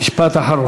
משפט אחרון.